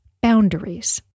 boundaries